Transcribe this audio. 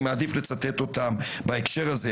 אני מעדיף לצטט אותם בהקשר הזה.